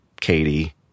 Katie